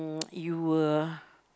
uh you were